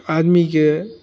आदमीके